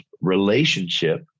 relationship